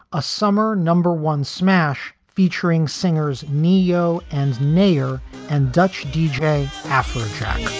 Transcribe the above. a summer number one smash featuring singers ne-yo and neyer and dutch d j. afrojack